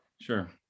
sure